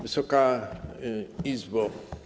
Wysoka Izbo!